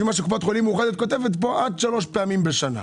לפי מה שקופת חולים מאוחדת כותבת פה עד שלוש פעמים בשנה.